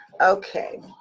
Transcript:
okay